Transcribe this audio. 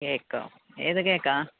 കേക്കോ ഏത് കേക്കാ